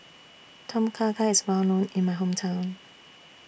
Tom Kha Gai IS Well known in My Hometown